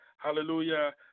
Hallelujah